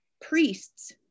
priests